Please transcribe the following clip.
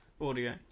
audio